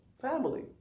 family